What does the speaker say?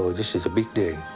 this is a big day,